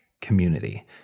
community